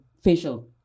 facial